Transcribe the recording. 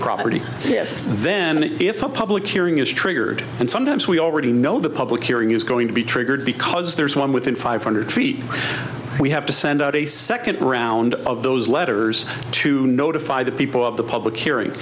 property yes then if a public hearing is triggered and sometimes we already know the public hearing is going to be triggered because there's one within five hundred feet we have to send out a second round of those letters to notify the people of the public hearing